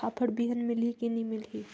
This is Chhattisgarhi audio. फाफण बिहान मिलही की नी मिलही?